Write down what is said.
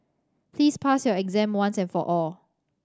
please pass your exam once and for all